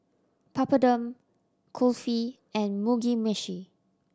Papadum Kulfi and Mugi Meshi